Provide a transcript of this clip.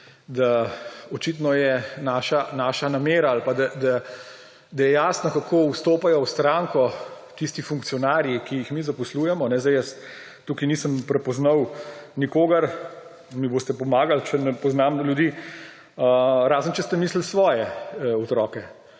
da očitno je naša namera ali pa da je jasno, kako vstopajo v stranko tisti funkcionarji, ki jih mi zaposlujemo. Jaz tukaj nisem prepoznal nikogar, mi boste pomagali, če ne poznam ljudi, razen če ste mislili svoje otroke.